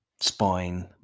spine